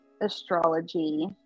Astrology